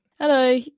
Hello